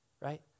right